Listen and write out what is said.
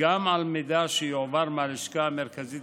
גם על מידע שיועבר מהלשכה המרכזית